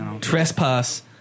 Trespass